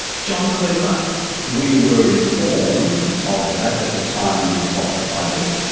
john kluver we were informed of that at the time of of the budget.